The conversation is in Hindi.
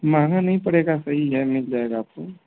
महँगा नहीं पड़ेगा सही है मिल जाएगा आपको